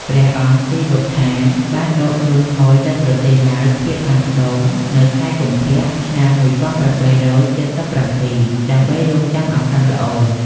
ព្រះអង្គស៊ីវត្ថាបានដកខ្លួនថយទៅប្រទេសឡាវភាគខាងត្បូងនៅខែកុម្ភៈ ឆ្នាំ ១៨៧៧ ដើម្បីរង់ចាំឱកាសល្អ។